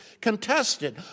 contested